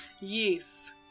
Yes